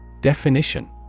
Definition